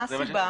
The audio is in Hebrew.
מה הסיבה?